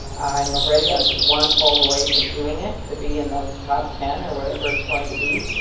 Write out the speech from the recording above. i'm um ready. i'm just one poll away from doing it to be in those top ten or whatever it's going to be.